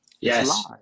Yes